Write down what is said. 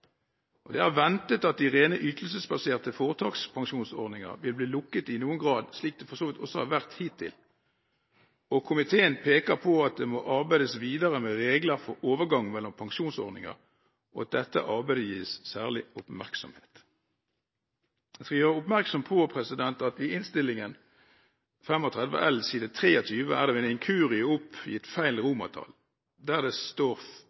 høy. Det er ventet at de rene ytelsesbaserte foretakspensjonsordninger vil bli lukket i noen grad – slik det for så vidt også har vært hittil – og komiteen peker på at det må arbeides videre med regler for overgang mellom pensjonsordninger, og at dette arbeidet gis særlig oppmerksomhet. Jeg vil gjøre oppmerksom på at i Innst. 35 L side 23 er det ved en inkurie oppgitt feil romertall. Der det